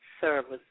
service